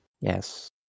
Yes